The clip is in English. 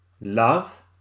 Love